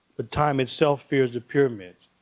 but time itself fears the pyramids.